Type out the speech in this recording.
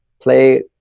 play